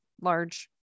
large